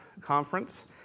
Conference